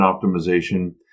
optimization